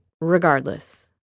regardless